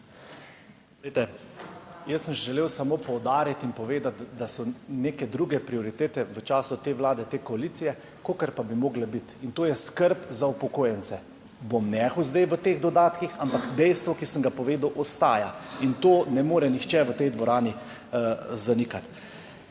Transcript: Glejte, jaz sem želel samo poudariti in povedati, da so neke druge prioritete v času te Vlade, te koalicije, kakor pa bi morala biti in to je skrb za upokojence. Bom nehal zdaj o teh dodatkih, ampak dejstvo, ki sem ga povedal ostaja in to ne more nihče v tej dvorani zanikati.